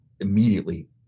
immediately